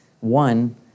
one